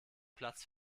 platz